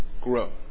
grow